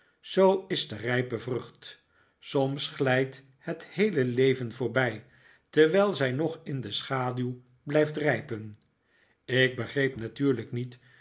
zoo is de rijpe vrucht soms glijdt het heele leven voorbij terwijl zij nog in de schaduw blijft rijpen ik begreep natuurlijk niet